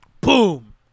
Boom